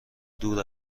دور